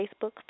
Facebook